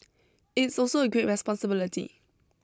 it's also a great responsibility